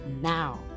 now